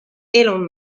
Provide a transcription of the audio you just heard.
elon